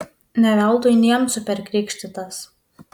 ne veltui niemcu perkrikštytas